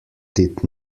did